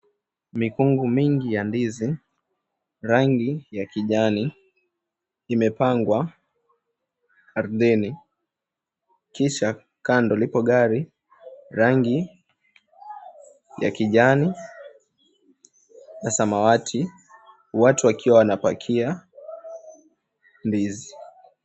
Mikungu mingi ya ndizi rangi ya kijani imepangwa ardhini. Kisha kando lipo gari rangi ya kijani na samawati. Watu wakiwa wanapakia ndizi.